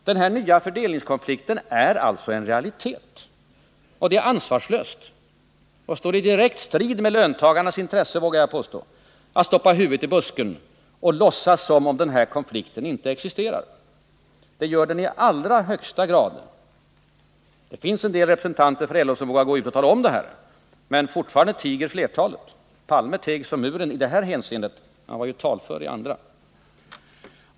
Den nya fördelningskonflikten är alltså en realitet. Det är ansvarslöst — och står i direkt strid med löntagarnas intresse, vågar jag påstå — att stoppa huvudet i busken och låtsas som om konflikten inte existerar. Det gör den i allra högsta grad. Det finns en del representanter för LO som vågar gå ut och tala om det, men fortfarande tiger flertalet. Olof Palme teg som muren i det avseendet, han var desto mer talför i andra.